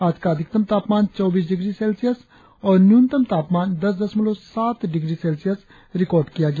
आज का अधिकतम तापमान चौबीस डिग्री सेल्सियस और न्यूनतम तापमान दस दशमलव सात डिग्री सेल्सियस रिकार्ड किया गया